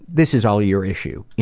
this is all your issue.